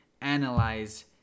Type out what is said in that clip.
analyze